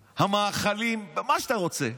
המאכלים, במה שאתה רוצה,